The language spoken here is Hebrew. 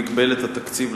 במגבלת התקציב,